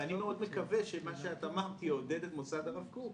ואני מאוד מקווה שמה שאת אמרת יעודד את מוסד הרב קוק